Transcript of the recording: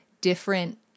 different